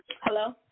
Hello